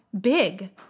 big